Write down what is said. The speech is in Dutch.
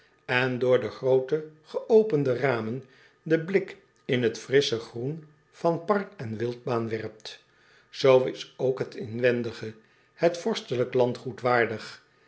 en door de groote geopende ramen den blik in het frissche groen van park en wildbaan werpt oo is ook het inwendige het vorstelijk landgoed waardig